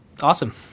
Awesome